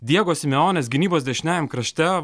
diego simeonės gynybos dešiniajam krašte